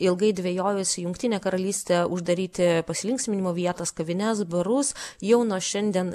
ilgai dvejojusi jungtinė karalystė uždaryti pasilinksminimo vietas kavines barus jau nuo šiandien